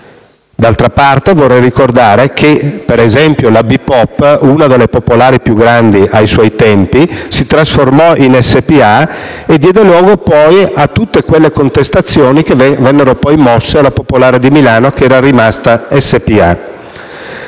D'altra parte, vorrei ricordare - per esempio - che la Bipop, una delle popolari più grandi ai suoi tempi, si trasformò in SpA e diede luogo poi a tutte quelle contestazioni che vennero mosse alla Popolare di Milano, che era rimasta SpA.